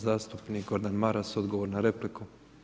Zastupnik Gordan Maras odgovor na repliku.